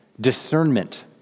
discernment